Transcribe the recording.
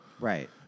Right